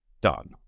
done